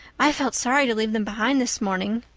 i felt sorry to leave them behind this morning.